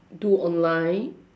do online